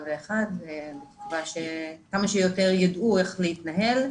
ואני מקווה שכמה שיותר יידעו איך להתנהל,